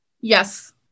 yes